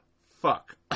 fuck